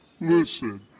Listen